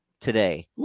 today